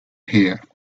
here